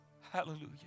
Hallelujah